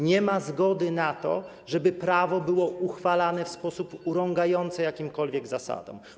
Nie ma zgody na to, żeby prawo było uchwalane w sposób urągający jakimkolwiek zasadom.